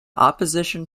opposition